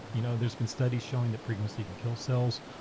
you know there's been studies showing that frequency can kill cells,